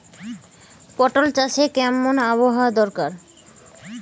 পটল চাষে কেমন আবহাওয়া দরকার?